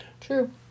True